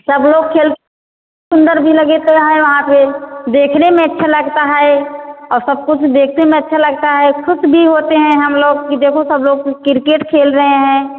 सब लोग खेल सुंदर भी लगेता है वहाँ पर देखने में अच्छा लगता है और सब कुछ देखने में अच्छा लगता है ख़ुश भी होते हैं हम लोग कि देखो सब लोग किरकेट खेल रहे हैं